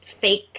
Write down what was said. fake